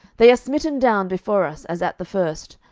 they are smitten down before us, as at the first.